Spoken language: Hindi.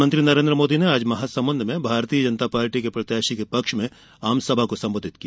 प्रधानमंत्री नरेंद्र मोदी ने आज महासमुद में भारतीय जनता पार्टी के प्रत्याशी के पक्ष में आमसभा को संबोधित किया